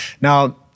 Now